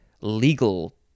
legal